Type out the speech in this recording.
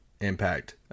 Impact